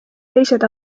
teised